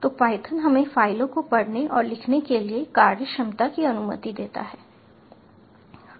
तो पायथन हमें फ़ाइलों को पढ़ने और लिखने के लिए कार्यक्षमता की अनुमति देता है